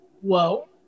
Whoa